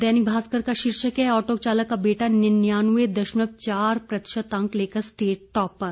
दैनिक भास्कर का शीर्षक है ऑटो चालक का बेटा नियानवे दशमल चार प्रतिशत अंक लेकर स्टेट टॉपर